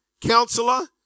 counselor